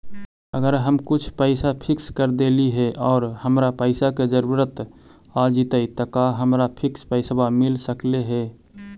अगर हम कुछ पैसा फिक्स कर देली हे और हमरा पैसा के जरुरत आ जितै त का हमरा फिक्स पैसबा मिल सकले हे?